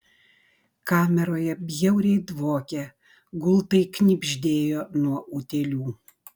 kameroje bjauriai dvokė gultai knibždėjo nuo utėlių